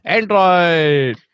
Android